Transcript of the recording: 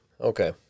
Okay